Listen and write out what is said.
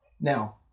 Now